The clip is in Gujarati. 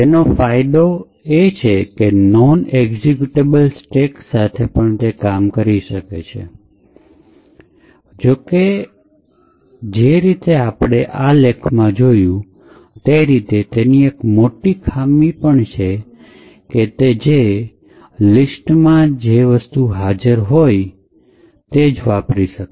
તેનો ફાયદો છે કે તે નોન એક્ઝિક્યુટેબલ સ્ટેક સાથે પણ કામ કરી શકે છે જો કે જે રીતે આપણે આ લેખમાં જોયું તે રીતે તેની એક મોટી ખામી એ છે કે તે લિસ્ટમાં જે હાજર હોય તે જ વસ્તુ કરી શકે